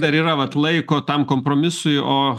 dar yra vat laiko tam kompromisui o